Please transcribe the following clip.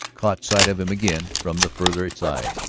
caught sight of him again from the farther side.